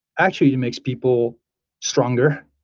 actually it makes people stronger.